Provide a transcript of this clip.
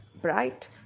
Bright